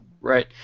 Right